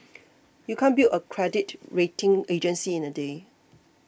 you can't build a credit rating agency in a day